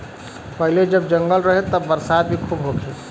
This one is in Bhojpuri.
पहिले जब जंगल रहे त बरसात भी खूब होखे